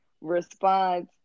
response